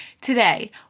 Today